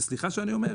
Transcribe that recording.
וסליחה שאני אומר,